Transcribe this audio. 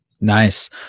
nice